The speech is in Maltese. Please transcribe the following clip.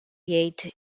jgħid